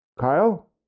Kyle